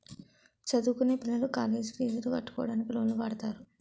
చదువుకొనే పిల్లలు కాలేజ్ పీజులు కట్టుకోవడానికి లోన్లు వాడుతారు